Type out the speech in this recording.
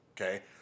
okay